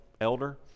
elder